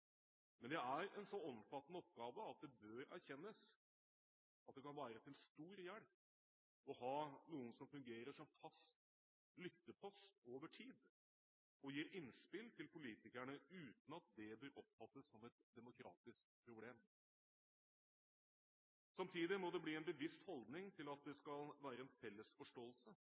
Men det er en så omfattende oppgave at det bør erkjennes at det kan være til stor hjelp å ha noen som fungerer som fast lyttepost over tid og gir innspill til politikerne uten at det blir oppfattet som et demokratisk problem. Samtidig må det bli en bevisst holdning til at det skal være en